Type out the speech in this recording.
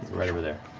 right over there.